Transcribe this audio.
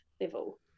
level